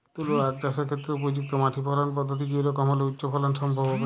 তুলো আঁখ চাষের ক্ষেত্রে উপযুক্ত মাটি ফলন পদ্ধতি কী রকম হলে উচ্চ ফলন সম্ভব হবে?